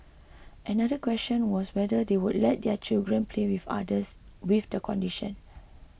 another question was whether they would let their children play with others with the condition